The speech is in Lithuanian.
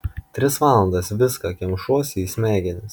tris valandas viską kemšuosi į smegenis